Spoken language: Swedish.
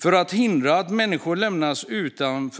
För att förhindra att människor lämnas utan